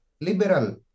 liberal